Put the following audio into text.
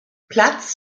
platz